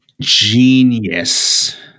genius